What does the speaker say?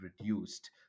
reduced